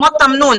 כמו תמנון.